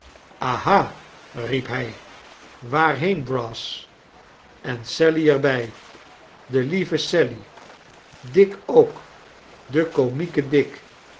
aha riep hij waarheen brass en sally er bij de lieve sally dick ook de komieke dick